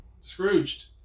Scrooged